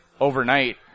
overnight